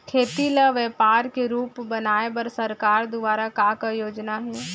खेती ल व्यापार के रूप बनाये बर सरकार दुवारा का का योजना हे?